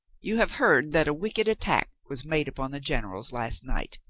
you have heard that a wicked attack was made upon the generals last night.